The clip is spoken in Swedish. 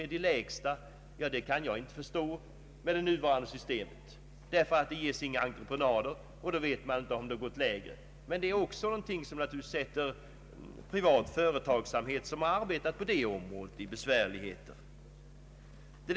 Projekten läggs aldrig ut på entreprenad, och om under sådana förhållanden ett lägre anbud kunnat erhållas, vet man ingenting om. Detta skapar naturligtvis för den privata företagsamheten på detta område en mycket besvärlig situation.